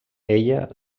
ella